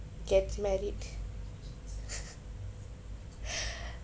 get married